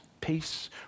Peace